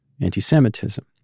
anti-Semitism